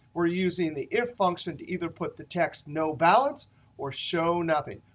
we're using the if function to either put the text no balance or show nothing.